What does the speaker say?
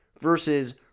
versus